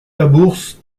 labourse